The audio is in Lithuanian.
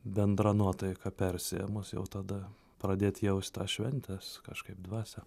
bendra nuotaika persiėmus jau tada pradėt jaust tą šventės kažkaip dvasią